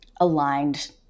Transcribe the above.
aligned